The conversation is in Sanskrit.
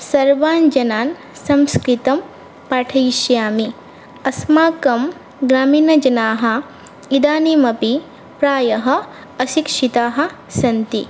सर्वान् जनान् संस्कृतं पाठयिष्यामि अस्माकं ग्रामीणजनाः इदानीमपि प्रायः अशिक्षिताः सन्ति